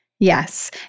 Yes